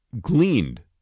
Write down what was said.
gleaned